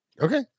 Okay